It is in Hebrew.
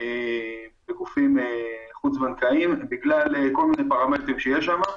בגלל כל מיני פרמטרים שיש שם,